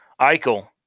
Eichel